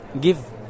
give